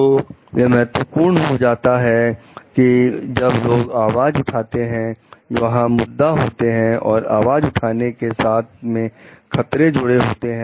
तो यह महत्वपूर्ण हो जाता है जब लोग आवाज उठाते हैं वहां मुद्दे होते हैं और आवाज उठाने के साथ में खतरे जुड़े होते हैं